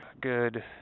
good